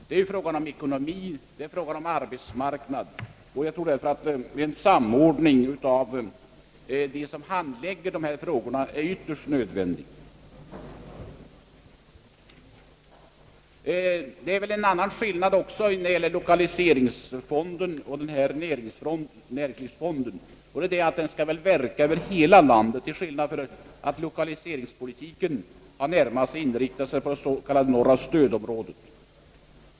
Det gäller frågor som berör både ekonomiska och arbetsmarknadsmässiga problem, och jag tror därför att en samordning av handläggningen av dessa frågor är ytterst nödvändig. Det finns även en annan skillnad mellan lokaliseringsfonden och den föreslagna näringslivsfonden, nämligen att den senare skall verka över hela landet medan lokaliseringspolitiken endast inriktar sig på det s.k. norra stödområdet.